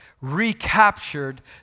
recaptured